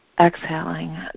Exhaling